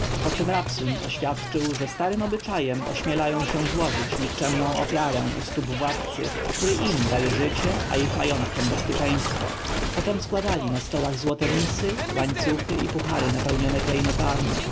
poczem rabsun oświadczył że starym obyczajem ośmielają się złożyć nikczemną ofiarę u stóp władcy który im daje życie a ich majątkom bezpieczeństwo poczem składali na stołach złote misy łańcuchy i puhary napełnione klejnotami